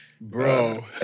Bro